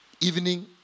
evening